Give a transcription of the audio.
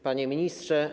Panie Ministrze!